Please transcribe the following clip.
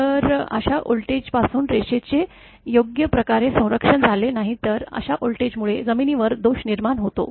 जर अशा व्होल्टेजपासून रेषेचे योग्य प्रकारे संरक्षण झाले नाही तर अशा व्होल्टेजमुळे जमिनीवर दोष निर्माण होतो